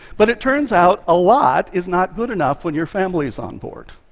but it turns out a lot is not good enough when your family is on board.